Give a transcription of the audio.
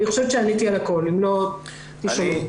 אני חושבת שעניתי על הכול, אם לא, תשאלו.